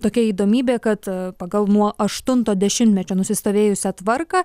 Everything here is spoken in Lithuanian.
tokia įdomybė kad pagal nuo aštunto dešimtmečio nusistovėjusią tvarką